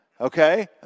okay